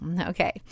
Okay